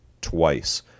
twice